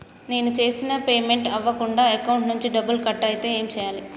నేను చేసిన పేమెంట్ అవ్వకుండా అకౌంట్ నుంచి డబ్బులు కట్ అయితే ఏం చేయాలి?